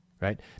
right